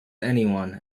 anyone